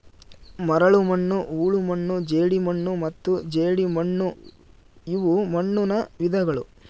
ಮರಳುಮಣ್ಣು ಹೂಳುಮಣ್ಣು ಜೇಡಿಮಣ್ಣು ಮತ್ತು ಜೇಡಿಮಣ್ಣುಇವು ಮಣ್ಣುನ ವಿಧಗಳು